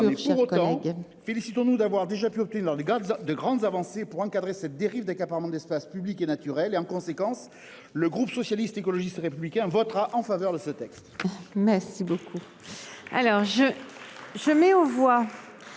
loi. Félicitons-nous d'avoir déjà pu dans les gares de grandes avancées pour encadrer cette dérive d'accaparement de l'espace public et naturelle et en conséquence, le groupe socialiste, écologiste et républicain votera en faveur de ce test. Merci beaucoup.